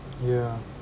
ya